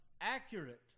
accurate